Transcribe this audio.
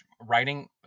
writing